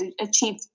achieve